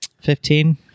Fifteen